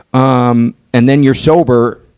um, and then you're sober,